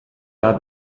war